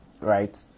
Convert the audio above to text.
right